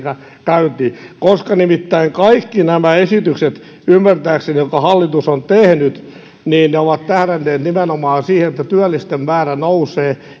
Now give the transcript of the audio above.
käyntiin koska nimittäin ymmärtääkseni kaikki nämä esitykset jotka hallitus on tehnyt ovat tähdänneet nimenomaan siihen että työllisten määrä nousee